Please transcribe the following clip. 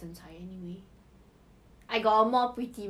please even I won't do this kind of thing